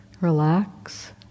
Relax